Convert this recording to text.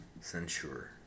Censure